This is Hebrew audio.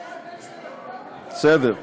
תן שתי, בסדר.